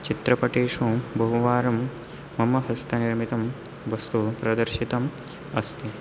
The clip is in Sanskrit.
चित्रपटेषु बहुवारं मम हस्तनिर्मितं वस्तु प्रदर्शितम् अस्ति